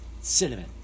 cinnamon